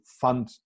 fund